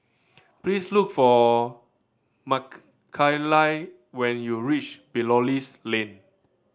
please look for Mckayla when you reach Belilios Lane